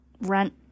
rent